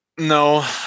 No